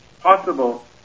Possible